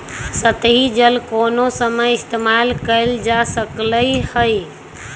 सतही जल कोनो समय इस्तेमाल कएल जा सकलई हई